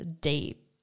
deep